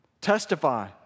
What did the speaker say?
Testify